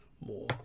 more